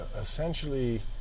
essentially